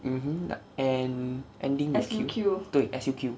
mmhmm and ending with Q